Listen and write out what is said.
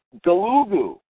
Galugu